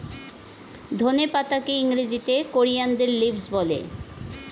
ধনে পাতাকে ইংরেজিতে কোরিয়ানদার লিভস বলে